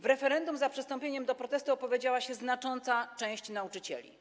W referendum za przystąpieniem do protestu opowiedziała się znacząca część nauczycieli.